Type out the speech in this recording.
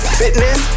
fitness